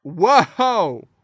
Whoa